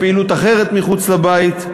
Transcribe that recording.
לפעילות אחרת מחוץ לבית.